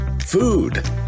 food